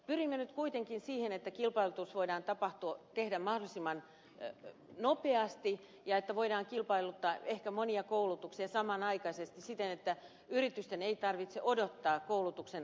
pyrimme nyt kuitenkin siihen että kilpailutus voidaan tehdä mahdollisimman nopeasti ja että voidaan kilpailuttaa ehkä monia koulutuksia samanaikaisesti siten että yritysten ei tarvitse odottaa koulutuksen aloittamista